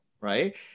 right